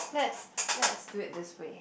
let's let's do it this way